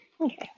Okay